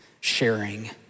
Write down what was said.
sharing